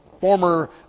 former